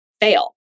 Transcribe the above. fail